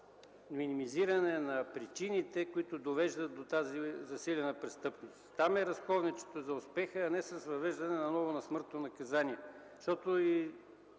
минимизиране на причините, които довеждат до тази засилена престъпност. Там е разковничето за успеха, а не с въвеждането отново на смъртното наказание.